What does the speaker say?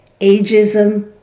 ageism